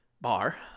bar